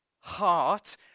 heart